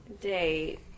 date